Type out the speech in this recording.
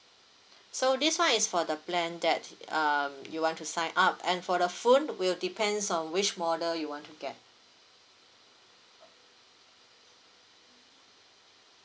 so this one is for the plan that y~ um you want to sign up and for the phone will depends on which model you want to get